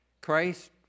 Christ